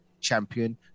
champion